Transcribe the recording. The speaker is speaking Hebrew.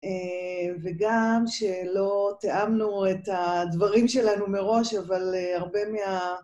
וגם שלא טעמנו את הדברים שלנו מראש, אבל הרבה מה...